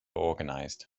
organized